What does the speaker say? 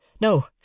No